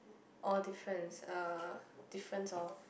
oh difference uh difference orh